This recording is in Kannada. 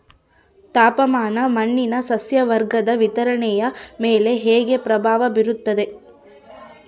ತಾಪಮಾನ ಮಣ್ಣಿನ ಸಸ್ಯವರ್ಗದ ವಿತರಣೆಯ ಮೇಲೆ ಹೇಗೆ ಪ್ರಭಾವ ಬೇರುತ್ತದೆ?